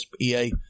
EA